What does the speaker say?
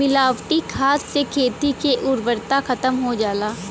मिलावटी खाद से खेती के उर्वरता खतम हो जाला